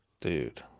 Dude